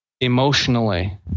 emotionally